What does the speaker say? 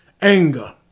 anger